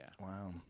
Wow